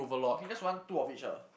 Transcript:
you can just want two of each ah